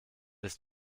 ist